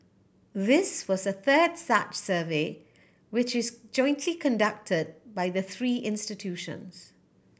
this was the third such survey which is conducted by the three institutions